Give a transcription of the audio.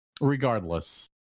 Regardless